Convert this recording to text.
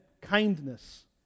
kindness